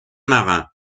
marins